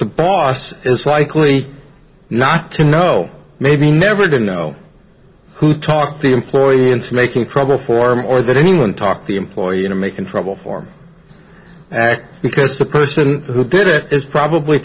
the boss is likely not to know maybe never to know who talked the employee into making trouble for more than anyone talked the employee into making trouble for me act because the person who did it is probably